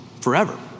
forever